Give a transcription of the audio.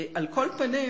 על כל פנים,